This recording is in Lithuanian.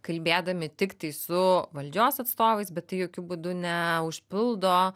kalbėdami tiktai su valdžios atstovais bet tai jokiu būdu neužpildo